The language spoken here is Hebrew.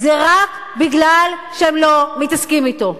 זה רק בגלל שהם לא מתעסקים אתו.